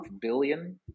billion